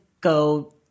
go